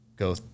go